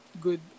good